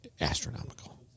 astronomical